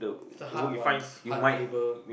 is a hard ones hard labour